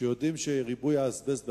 שיודעים שריבוי האזבסט,